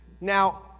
now